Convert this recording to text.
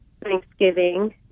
Thanksgiving